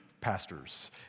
pastors